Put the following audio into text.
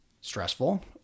stressful